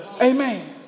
Amen